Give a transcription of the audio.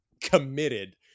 committed